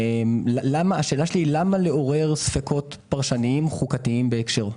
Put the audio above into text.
השאלה שלי היא למה לעורר ספקות פרשניים חוקתיים בהקשרו?